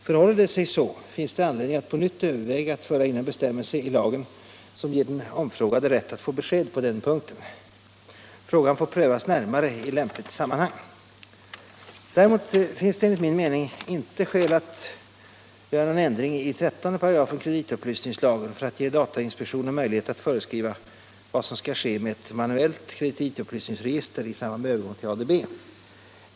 Förhåller det sig så, finns det anledning att på nytt överväga att föra in en bestämmelse i lagen som ger den omfrågade rätt att få besked på den punkten. Frågan får prövas närmare i lämpligt sammanhang. Däremot finns det enligt min mening inte skäl att göra någon ändring i 13§ kreditupplysningslagen för att ge datainspektionen möjlighet att föreskriva vad som skall ske med ett manuellt kreditupplysningsregister i samband med övergång till ADB.